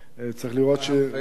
צריך לראות, ההנחיה היא